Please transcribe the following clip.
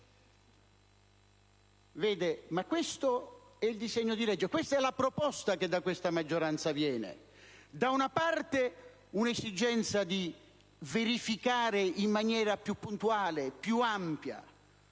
Ma questo è il disegno di legge. È la proposta che viene da questa maggioranza: da una parte, un'esigenza di verificare in maniera più puntuale, più ampia,